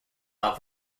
love